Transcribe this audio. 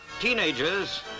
Teenagers